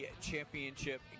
championship